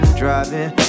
driving